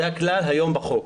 זה הכלל היום בחוק.